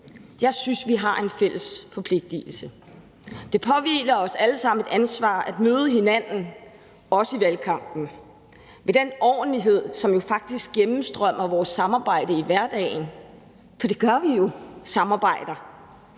Jeg synes, vi har en fælles forpligtigelse. Der påhviler os alle sammen det ansvar at møde hinanden også i valgkampen med den ordentlighed, som faktisk gennemstrømmer vores samarbejde i hverdagen – for det gør vi jo, altså samarbejder.